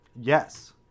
Yes